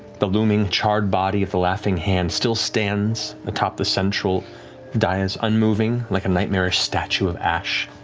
the looming, charred body of the laughing hand still stands atop the central dais, unmoving, like a nightmarish statue of ash,